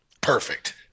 perfect